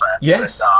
Yes